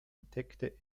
entdeckte